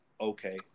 okay